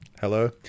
hello